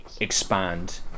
expand